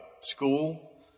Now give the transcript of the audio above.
school